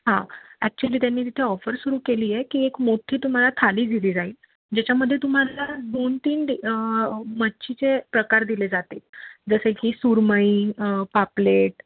हां ॲक्च्युली त्यांनी तिथं ऑफर सुरू केली आहे की एक मोठी तुम्हाला थाळ दिली जाईल ज्याच्यामध्ये तुम्हाला दोनतीन डे मच्छीचे प्रकार दिले जाते जसे की सुरमई पापलेट